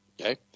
okay